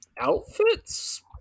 outfits